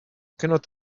cannot